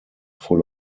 full